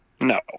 No